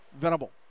Venable